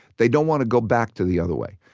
they don't want to go back to the other way.